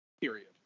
Period